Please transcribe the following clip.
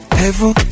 heaven